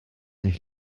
ich